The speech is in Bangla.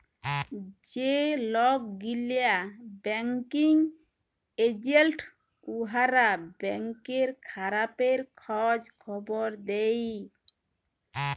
যে লক গিলা ব্যাংকিং এজেল্ট উয়ারা ব্যাংকের ব্যাপারে খঁজ খবর দেই